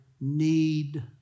need